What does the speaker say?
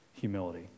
humility